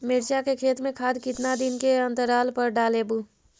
मिरचा के खेत मे खाद कितना दीन के अनतराल पर डालेबु?